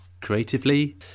creatively